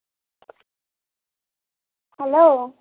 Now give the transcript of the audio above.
hello